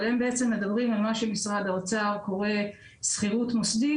אבל הם מדברים על מה שמשרד האוצר קורא שכירות מוסדית,